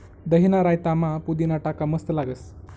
दहीना रायतामा पुदीना टाका मस्त लागस